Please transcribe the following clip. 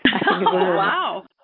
wow